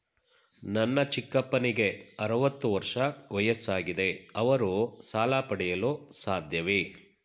ನನ್ನ ಚಿಕ್ಕಪ್ಪನಿಗೆ ಅರವತ್ತು ವರ್ಷ ವಯಸ್ಸಾಗಿದೆ ಅವರು ಸಾಲ ಪಡೆಯಲು ಸಾಧ್ಯವೇ?